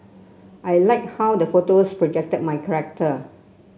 I like how the photos projected my character